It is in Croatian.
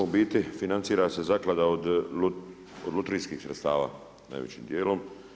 U biti financira se zaklada od lutrijskih sredstava najvećim dijelom.